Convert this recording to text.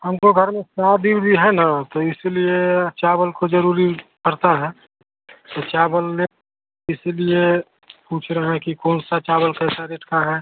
हमको घर में शादी भी है न तो इसलिए चावल को ज़रूरी पड़ता है यह चावल लें इसीलिए पूछ रहे हैं कि कौन सा चावल कैसा रेट का है